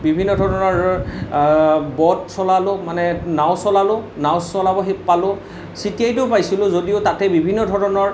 বিভিন্ন ধৰণৰ ব'ট চলালোঁ মানে নাও চলালোঁ নাও চলাব শিক পালোঁ চিটেইটো পাইছিলো যদিও তাতে বিভিন্ন ধৰণৰ